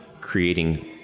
creating